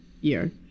year